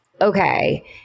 okay